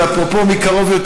ואפרופו מי קרוב יותר,